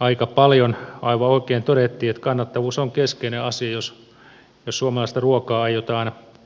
aika paljon aivan oikein todettiin että kannattavuus on keskeinen asia jos suomalaista ruokaa aiotaan tuottaa